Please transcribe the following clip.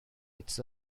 its